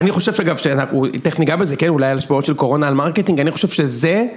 אני חושב שאגב, ש...תכף ניגע בזה, כן, אולי על השפעות של קורונה על מרקטינג, אני חושב שזה...